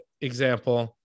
example